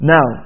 Now